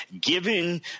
Given